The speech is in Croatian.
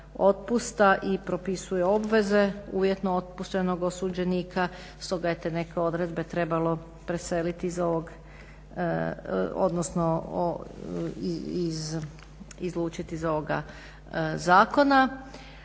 i propisuje obveze uvjetno otpuštenog osuđenika, stoga eto te neke odredbe trebalo preseliti iz ovog, odnosno izlučiti iz ovoga zakona.